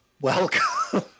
welcome